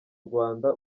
rwanda